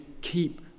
keep